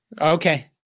Okay